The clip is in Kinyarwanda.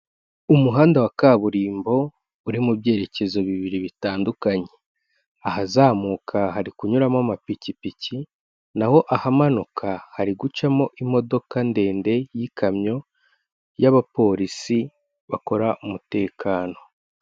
Umuhanda wa kaburimbo uri mu byerekezo bibiri bitandukanye, ahazamuka hari kunyuramo amapikipiki, naho ahamanuka hari gucamo imodoka ndende y'ikamyo y'abapolisi bakora umutekano.